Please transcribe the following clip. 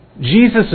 Jesus